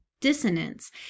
dissonance